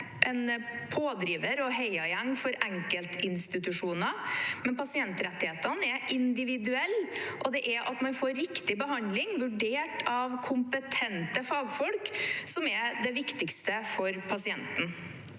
en pådriver og heiagjeng for enkeltinstitusjoner, men pasientrettighetene er individuelle. Det at man får riktig behandling, vurdert av kompetente fagfolk, er det viktigste for pasienten.